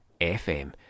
FM